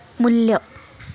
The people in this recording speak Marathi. मू्ल्य